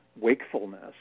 wakefulness